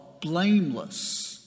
blameless